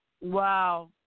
Wow